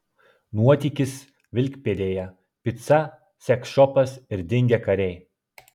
nuotykis vilkpėdėje pica seksšopas ir dingę kariai